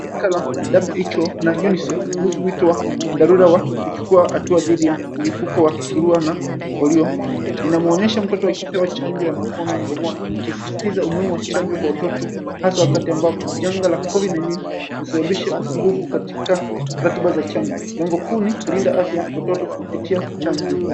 Shirika na WHO na unicef kuhusu wito wa dharura wa kuchukua hatua dhidi ya mlipuko wa surua na polio. Inamuonyesha mtoto akipewa chanjo ya matone mdomoni ikisisitiza umuhimu wa chanjo kwa watoto hasa wakati ambapo janga la Covid 19 limesababisha usumbufu katika ratiba za chanjo. Lengo kuu ni kulinda afya ya watoto kupitia chanjo.